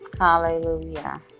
hallelujah